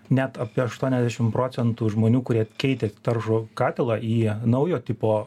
net apie aštuoniasdešim procentų žmonių kurie keitė taršų katilą į naujo tipo